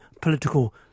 political